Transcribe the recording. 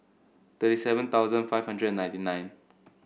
thirty seven thousand five hundred and ninety nine